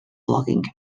blogging